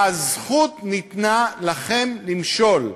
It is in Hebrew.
הזכות ניתנה לכם למשול,